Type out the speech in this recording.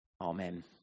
Amen